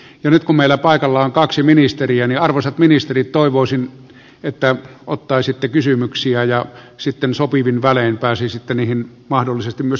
ja nyt kun meillä paikalla on kaksi ministeriä niin arvoisat ministerit toivoisin että ottaisitte kysymyksiä ja sitten sopivin välein pääsisitte niihin mahdollisesti myöskin vastaamaan